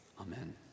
Amen